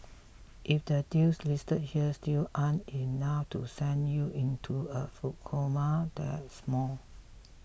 if the deals listed here still aren't enough to send you into a food coma there's more